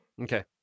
Okay